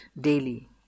daily